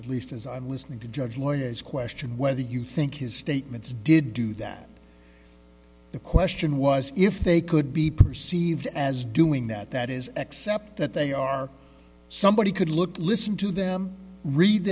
at least as i'm listening to judge lawyers question whether you think his statements did do that the question was if they could be perceived as doing that that is accept that they are somebody could look listen to them read